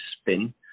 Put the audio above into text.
spin